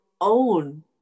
own